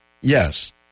yes